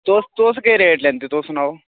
तुस तुस केह् रेट लैंदे तुस सनाओ